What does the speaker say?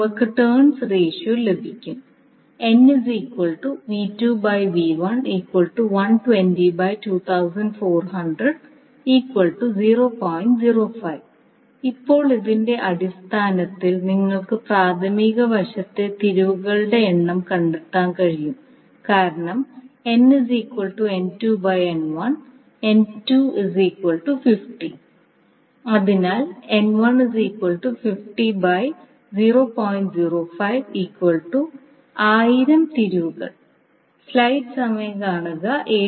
നമുക്ക് turns ratio ലഭിക്കും ഇപ്പോൾ ഇതിന്റെ അടിസ്ഥാനത്തിൽ നിങ്ങൾക്ക് പ്രാഥമിക വശത്തെ തിരിവുകളുടെ എണ്ണം കണ്ടെത്താൻ കഴിയും കാരണം അതിനാൽ തിരിവുകൾ